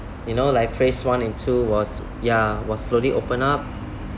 you know like phase one and two was ya was slowly open up